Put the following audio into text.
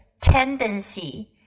tendency